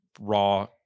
raw